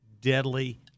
deadly